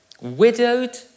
widowed